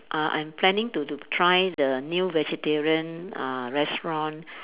uh I'm planning to to try the new vegetarian uh restaurant